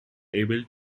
able